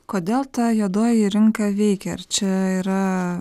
kodėl ta juodoji rinka veikia ar čia yra